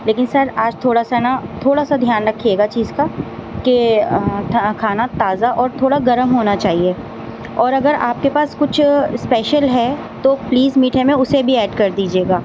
لیکن سر آج تھوڑا سا نا تھوڑا سا دھیان رکھیے گا چیز کا کہ کھانا تازہ اور تھوڑا گرم ہونا چاہیے اور اگر آپ کے پاس کچھ اسپیشل ہے تو پلیز میٹھے میں اسے بھی ایڈ کر دیجیے گا